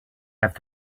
have